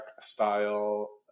style